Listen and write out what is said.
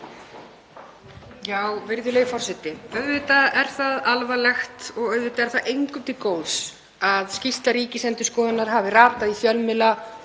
Virðulegi forseti. Auðvitað er það alvarlegt og auðvitað er það engum til góðs að skýrsla Ríkisendurskoðunar hafi ratað í fjölmiðla